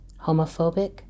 homophobic